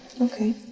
Okay